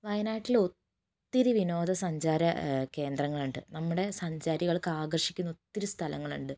വയനാട്ടിൽ ഒത്തിരി വിനോദസഞ്ചാര കേന്ദ്രങ്ങളുണ്ട് നമ്മുടെ സഞ്ചാരികൾക്കാകർഷിക്കുന്ന ഒത്തിരി സ്ഥലങ്ങളുണ്ട്